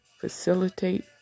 facilitate